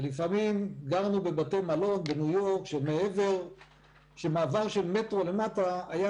גרנו בבתי מלון בניו יורק שמעבר של מטרו למטה היה